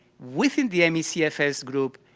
within the me cfs group,